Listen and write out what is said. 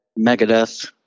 Megadeth